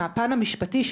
מהפן המשפטי,